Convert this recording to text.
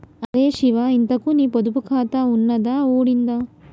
అరే శివా, ఇంతకూ నీ పొదుపు ఖాతా ఉన్నదా ఊడిందా